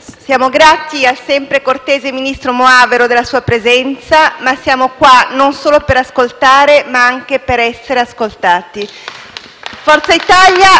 Siamo grati al sempre cortese ministro Moavero Milanesi della sua presenza, ma siamo qua non solo per ascoltare, ma anche per essere ascoltati. *(Applausi dal Gruppo FI-BP)*. Forza Italia